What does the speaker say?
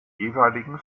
jeweiligen